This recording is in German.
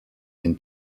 den